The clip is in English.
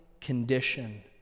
condition